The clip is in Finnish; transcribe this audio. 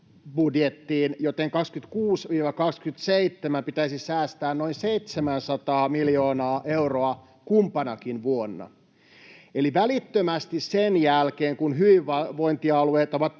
budjettiin, joten vuosina 26—27 pitäisi säästää noin 700 miljoonaa euroa kumpanakin vuonna. Eli välittömästi sen jälkeen, kun hyvinvointialueet ovat